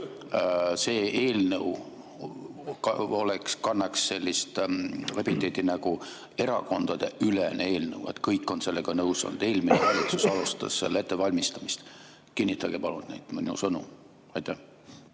see eelnõu [võiks kanda] sellist epiteeti nagu "erakondadeülene eelnõu" – kõik on sellega nõus olnud. Eelmine valitsus alustas selle ettevalmistamist. Kinnitage palun minu sõnu. Aitäh!